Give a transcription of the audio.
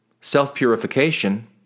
Self-purification